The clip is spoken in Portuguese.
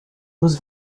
dos